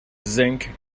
zinc